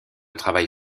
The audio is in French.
travail